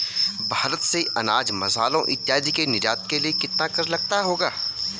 भारत से अनाज, मसालों इत्यादि के निर्यात के लिए कितना कर लगता होगा?